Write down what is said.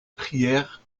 prières